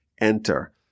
enter